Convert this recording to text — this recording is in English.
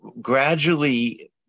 gradually